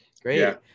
great